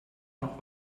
noch